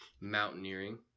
mountaineering